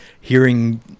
hearing